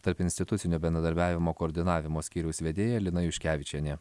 tarpinstitucinio bendradarbiavimo koordinavimo skyriaus vedėja lina juškevičienė